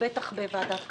בטח בוועדת כספים.